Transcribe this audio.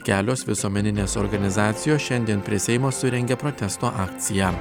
kelios visuomeninės organizacijos šiandien prie seimo surengė protesto akciją